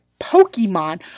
Pokemon